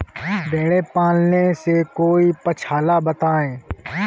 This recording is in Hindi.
भेड़े पालने से कोई पक्षाला बताएं?